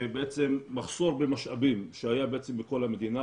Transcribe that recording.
מחסור במשאבים שהיה בכל המדינה.